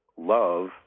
love